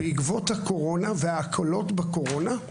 בעקבות הקורונה וההקלות בקורונה,